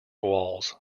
walls